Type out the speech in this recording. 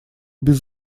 без